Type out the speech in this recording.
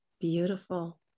Beautiful